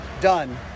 done